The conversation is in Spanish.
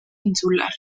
insular